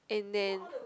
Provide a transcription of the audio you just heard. and then